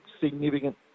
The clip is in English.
significant